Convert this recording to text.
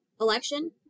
election